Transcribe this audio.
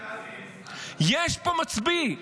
יש פה מצביא,